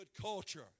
culture